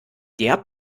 der